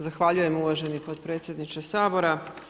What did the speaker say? Zahvaljujem uvaženi potpredsjedniče Sabora.